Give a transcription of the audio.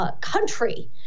country